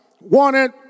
wanted